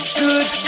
good